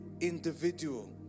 individual